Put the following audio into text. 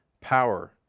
power